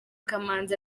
kamanzi